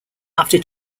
after